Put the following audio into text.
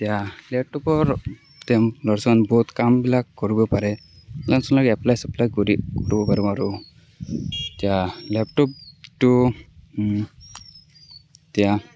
এতিয়া লেপটপৰ ল'ৰা ছোৱালী বহুত কামবিলাক কৰিব পাৰে ল'ৰা ছোৱালীয়ে এপ্পলাই চেপ্পলাই কৰিব পাৰিব আৰু এতিয়া লেপটপটো এতিয়া